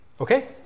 okay